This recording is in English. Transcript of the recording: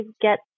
get